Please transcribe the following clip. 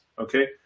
okay